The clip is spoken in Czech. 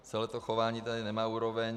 Celé to chování tady nemá úroveň.